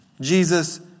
Jesus